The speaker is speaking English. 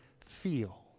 feel